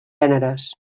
gèneres